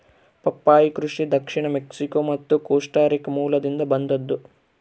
ಪಪ್ಪಾಯಿ ಕೃಷಿ ದಕ್ಷಿಣ ಮೆಕ್ಸಿಕೋ ಮತ್ತು ಕೋಸ್ಟಾರಿಕಾ ಮೂಲದಿಂದ ಬಂದದ್ದು